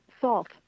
salt